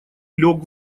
лёг